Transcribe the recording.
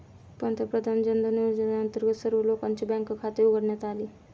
पंतप्रधान जनधन योजनेअंतर्गत सर्व लोकांची बँक खाती उघडण्यात आली